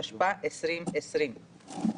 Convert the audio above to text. התשפ"א-2020.